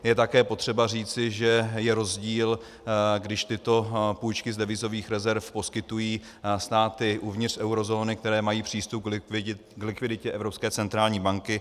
Je také potřeba říci, že je rozdíl, když tyto půjčky z devizových rezerv poskytují státy uvnitř eurozóny, které mají přístup k likviditě Evropské centrální banky.